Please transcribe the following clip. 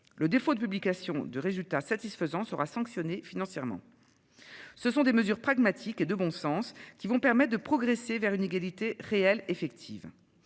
Le défaut de publications de résultats satisfaisants sera sanctionné financièrement. Ce sont des mesures pragmatiques et de bon sens qui vont permet de progresser vers une égalité réelle effective